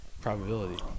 probability